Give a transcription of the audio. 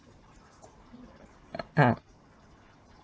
uh